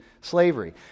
slavery